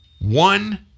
one